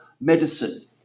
medicine